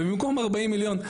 ובמקום 40 מיליון,